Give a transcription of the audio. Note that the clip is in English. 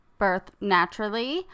birthnaturally